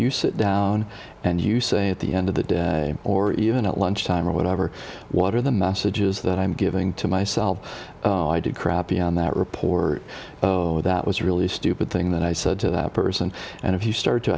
you sit down and you say at the end of the day or even at lunch time or whatever what are the messages that i'm giving to myself oh i did crappy on that report that was really stupid thing that i said to that person and if you start to